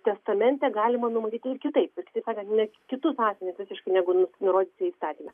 testamente galima numatyti ir kitaip tai kitaip sakant net kitus asmenis visiškai negu nu nurodyta įstatyme